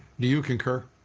do you concur?